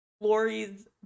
lori's